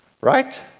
right